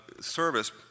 service